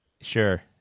sure